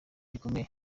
gikomeye